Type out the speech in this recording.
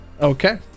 Okay